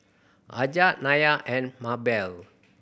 Aja Nyah and Mabell